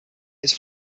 its